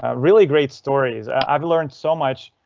ah really great stories. i've learned so much!